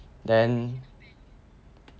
then